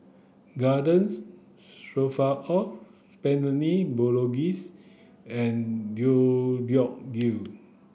Garden Stroganoff Bolognese and Deodeok gui